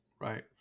Right